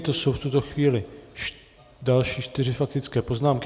To jsou v tuto chvíli další čtyři faktické poznámky.